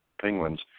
Penguins